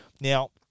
Now